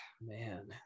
Man